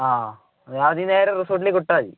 ആ എന്നാൽ നീ നേരെ റിസോർട്ടിലേക്ക് വിട്ടാൽ മതി